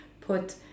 put